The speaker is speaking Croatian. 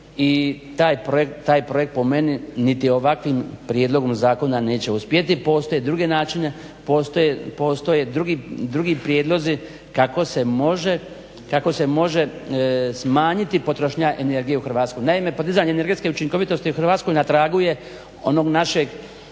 i taj projekt po meni niti ovakvim prijedlogom zakona neće uspjeti. Postoje drugi načini, postoje drugi prijedlozi kako se može smanjiti potrošnja energije u Hrvatskoj. Naime, podizanje energetske učinkovitosti u Hrvatskoj na tragu je onog našeg